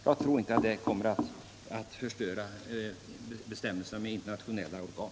Jag tror inte att en dylik upphandlingskungörelse skulle kunna förstöra någonting när det gäller internationella avtal.